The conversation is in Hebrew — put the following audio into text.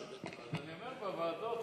אז אני אומר: בוועדות,